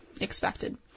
expected